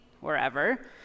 wherever